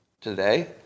today